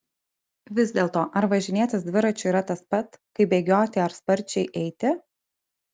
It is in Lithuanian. vis dėlto ar važinėtis dviračiu yra tas pat kaip bėgioti ar sparčiai eiti